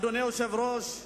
אדוני היושב-ראש,